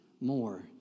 more